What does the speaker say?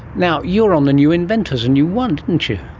now, you were on the new inventors and you won, didn't you.